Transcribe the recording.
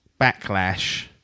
Backlash